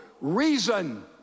reason